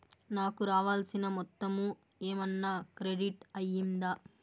నాకు రావాల్సిన మొత్తము ఏమన్నా క్రెడిట్ అయ్యిందా